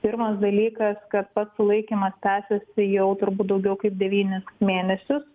pirmas dalykas kad pats sulaikymas tęsiasi jau turbūt daugiau kaip devynis mėnesius